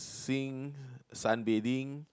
~xing sunbathing